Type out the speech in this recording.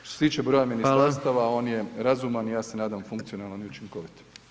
Što se tiče broja ministarstava [[Upadica: Hvala vam.]] on je razuman i ja se nadam funkcionalnim i učinkovitim.